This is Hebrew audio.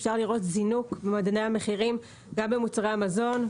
אפשר לראות זינוק במדדי המחירים גם במוצרי המזון,